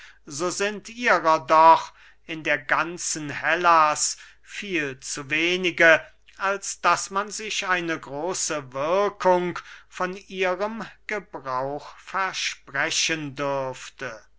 so sind ihrer doch in der ganzen hellas viel zu wenige als daß man sich eine große wirkung von ihrem gebrauch versprechen dürfte